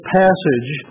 passage